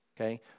okay